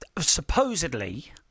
supposedly